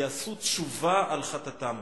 יעשו תשובה על חטאתם.